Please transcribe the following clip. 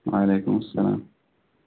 وعلیکُم السلام